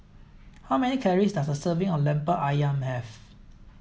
how many calories does a serving of Lemper Ayam have